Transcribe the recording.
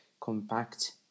compact